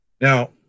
Now